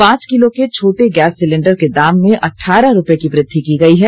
पांच किलो के छोटे गैस सिलिण्डर के दाम में अठारह रूपये की वृद्धि की गई है